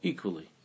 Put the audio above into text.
Equally